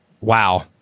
wow